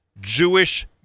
Jewish